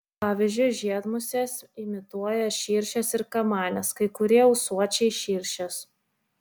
pavyzdžiui žiedmusės imituoja širšes ir kamanes kai kurie ūsuočiai širšes